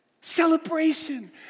Celebration